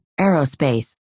aerospace